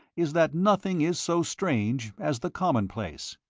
is that nothing is so strange as the commonplace.